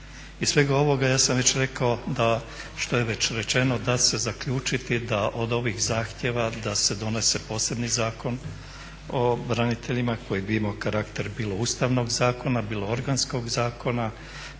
Iz svega ovoga ja sam već rekao da, što je već rečeno, da se zaključiti da od ovih zahtjeva da se donese posebni Zakon o braniteljima koji bi imao karakter bilo ustavnog zakona, bilo organskog zakona,